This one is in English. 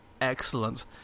excellent